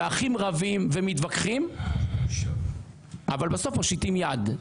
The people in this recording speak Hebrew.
אחים רבים ומתווכחים, אבל בסוף מושיטים יד.